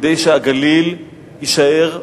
כדי שהגליל יישאר,